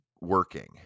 working